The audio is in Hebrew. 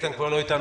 איתן כבר לא איתנו.